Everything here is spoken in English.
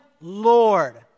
Lord